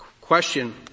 question